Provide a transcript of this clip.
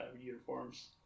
uniforms